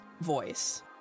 voice